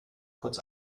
kurz